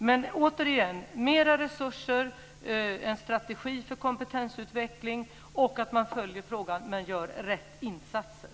Men återigen vill jag säga att det handlar om mera resurser, en strategi för kompetensutveckling och om att man följer frågan men gör rätt insatser.